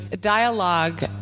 dialogue